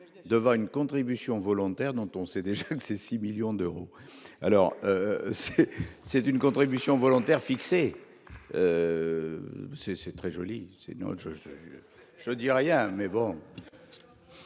devant une contribution volontaire dont on sait déjà que c'est 6 millions d'euros, alors c'est une contribution volontaire fixé c'est c'est très joli, c'est une autre